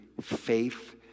faith